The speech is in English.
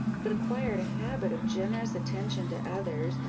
but acquired a habit of generous attention to others,